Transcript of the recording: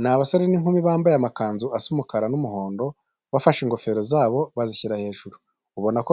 Ni abasore n'inkumi bambaye amakanzu asa umukara n'umuhondo, bafashe ingofero zabo bazishyira hejuru, ubona ko